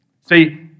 See